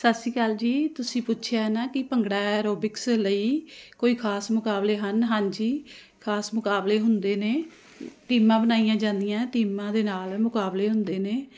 ਸਤਿ ਸ਼੍ਰੀ ਅਕਾਲ ਜੀ ਤੁਸੀਂ ਪੁੱਛਿਆ ਨਾ ਕਿ ਭੰਗੜਾ ਐਰੋਬਿਕਸ ਲਈ ਕੋਈ ਖਾਸ ਮੁਕਾਬਲੇ ਹਨ ਹਾਂਜੀ ਖਾਸ ਮੁਕਾਬਲੇ ਹੁੰਦੇ ਨੇ ਟੀਮਾਂ ਬਣਾਈਆਂ ਜਾਂਦੀਆਂ ਟੀਮਾਂ ਦੇ ਨਾਲ ਮੁਕਾਬਲੇ ਹੁੰਦੇ ਨੇ